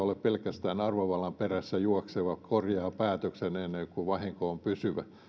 ole pelkästään arvovallan perässä juokseva korjaa päätöksen ennen kuin vahinko on pysyvä